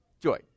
Joy